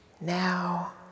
now